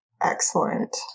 Excellent